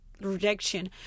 rejection